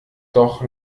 doch